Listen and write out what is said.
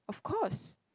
of course